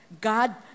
God